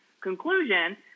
conclusion